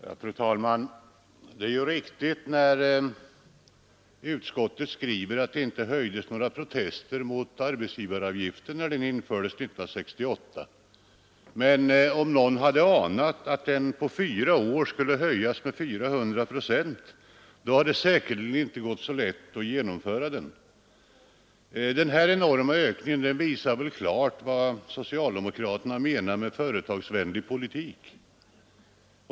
Fru talman! Det är riktigt, som utskottet skriver, att det inte höjdes några protester mot arbetsgivaravgiften när den infördes 1968. Men hade någon anat att den på fyra år skulle höjas med 400 procent, så hade det säkerligen inte gått lika lätt att genomföra den. Den enorma ökningen visar klart vad socialdemokraterna menar med företagsvänlig politik.